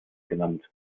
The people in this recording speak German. genannt